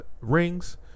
rings